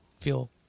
feel